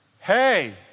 Hey